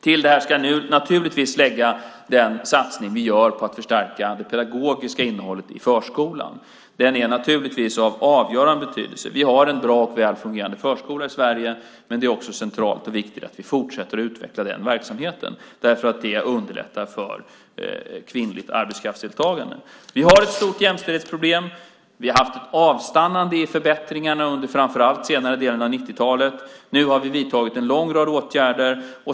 Till det ska läggas de satsningar vi gör för att förstärka det pedagogiska innehållet i förskolan. Den är av avgörande betydelse. Vi har en bra och fungerande förskola i Sverige. Men det är också centralt och viktigt att vi fortsätter att utveckla den verksamheten eftersom det underlättar för kvinnligt arbetskraftsdeltagande. Vi har ett stort jämställdhetsproblem. Vi har haft ett avstannande i förbättringarna under framför allt senare delen av 90-talet. Nu har vi vidtagit en lång rad åtgärder.